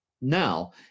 now